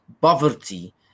poverty